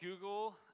Google